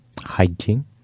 Hygiene